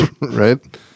Right